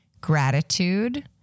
gratitude